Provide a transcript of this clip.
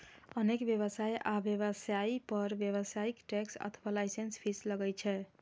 अनेक व्यवसाय आ व्यवसायी पर व्यावसायिक टैक्स अथवा लाइसेंस फीस लागै छै